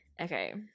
okay